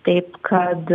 taip kad